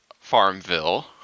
Farmville